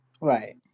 Right